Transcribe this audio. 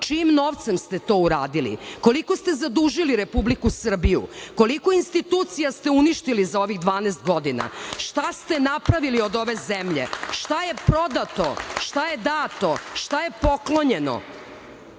Čijim novcem ste to uradili? Koliko ste zadužili Republiku Srbiju? Koliko institucija ste uništili za ovih 12 godina? Šta ste napravili od ove zemlje? Šta je prodato? Šta je dato? Šta je poklonjeno?